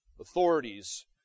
authorities